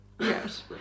yes